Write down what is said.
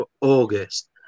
August